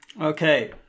Okay